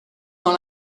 dans